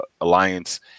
alliance